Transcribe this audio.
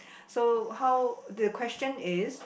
so how the question is